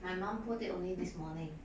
my mom put it only this morning